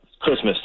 Christmas